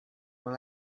dans